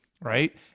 right